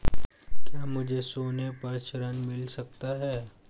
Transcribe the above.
क्या मुझे सोने पर ऋण मिल सकता है?